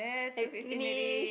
finish